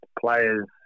Players